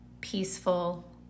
peaceful